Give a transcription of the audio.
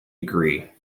agree